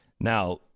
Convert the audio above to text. Now